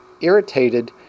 irritated